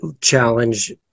challenge